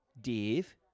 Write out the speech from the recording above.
Dave